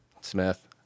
Smith